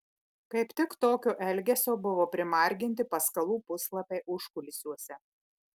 kaip tik tokio elgesio buvo primarginti paskalų puslapiai užkulisiuose